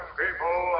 people